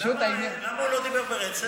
פשוט, למה הוא לא דיבר ברצף?